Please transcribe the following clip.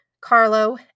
Carlo